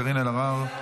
קארין אלהרר,